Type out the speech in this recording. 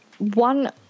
One